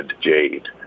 jade